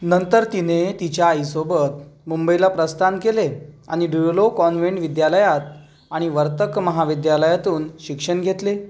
नंतर तिने तिच्या आईसोबत मुंबईला प्रस्थान केले आणि ड्युरेलो कॉन्व्हेंट विद्यालयात आणि वर्तक महाविद्यालयातून शिक्षण घेतले